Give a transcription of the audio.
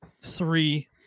three